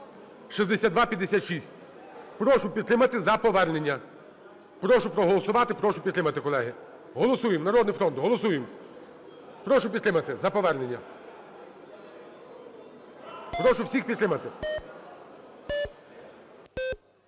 (6256). Прошу підтримати за повернення. Прошу проголосувати, прошу підтримати, колеги. Голосуємо. "Народний фронт", голосуємо. Прошу підтримати за повернення. Прошу всіх підтримати.